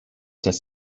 das